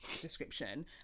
description